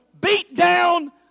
beat-down